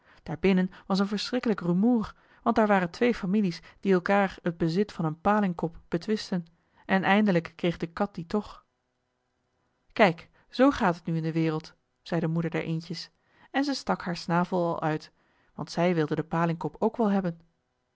daarbinnen was een verschrikkelijk rumoer want daar waren twee families die elkaar het bezit van een palingkop betwistten en eindelijk kreeg de kat dien toch kijk zoo gaat het nu in de wereld zei de moeder der eendjes en zij stak haar snavel al uit want zij wilde den palingkop ook wel hebben